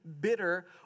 bitter